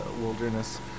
wilderness